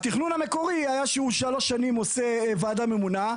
התכנון המקורי היה שהוא שלוש שנים עושה ועדה ממונה.